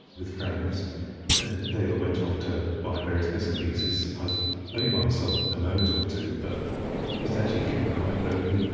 with friends and they all went off to buy various bits and pieces, i was only by myself a moment or two but it actually can be quite lonely,